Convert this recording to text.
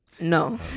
no